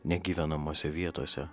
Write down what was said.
negyvenamose vietose